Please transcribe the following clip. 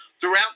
throughout